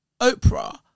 Oprah